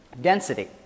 Density